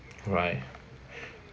right